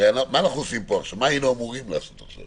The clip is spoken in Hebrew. הרי מה היינו אמורים לעשות עכשיו?